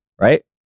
Right